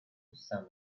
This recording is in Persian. پوستمه